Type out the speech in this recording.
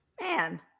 Man